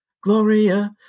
Gloria